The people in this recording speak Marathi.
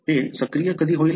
ते सक्रिय कधी होईल